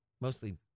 Mostly